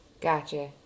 Gotcha